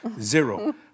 zero